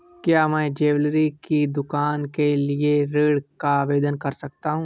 क्या मैं ज्वैलरी की दुकान के लिए ऋण का आवेदन कर सकता हूँ?